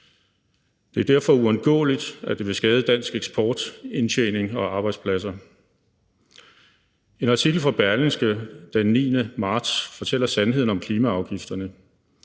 Det er derfor uundgåeligt, at det vil skade dansk eksportindtjening og koste arbejdspladser. En artikel fra Berlingske den 9. marts fortæller sandheden om klimaafgifterne.